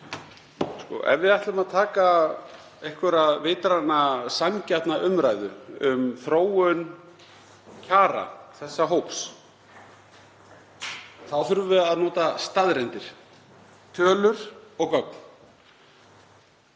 Ef við ætlum að taka einhverja vitræna, sanngjarna umræðu um þróun kjara þessa hóps þá þurfum við að nota staðreyndir, tölur og gögn.